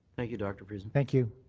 thank you, dr. friesen. thank you.